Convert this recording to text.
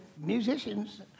musicians